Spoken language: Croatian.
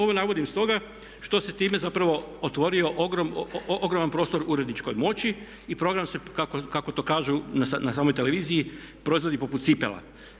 Ovo navodim stoga što se time zapravo otvorio ogroman prostor uredničkoj moći i program se kako to kažu na samoj televiziji proizvodi poput cipela.